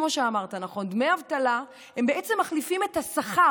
כמו שאמרת נכון: דמי אבטלה בעצם מחליפים את השכר.